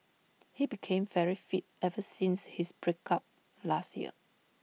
he became very fit ever since his break up last year